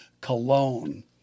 Cologne